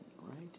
right